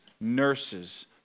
nurses